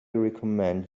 recommend